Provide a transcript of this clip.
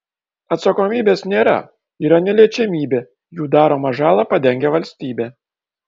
atsakomybės nėra yra neliečiamybė jų daromą žalą padengia valstybė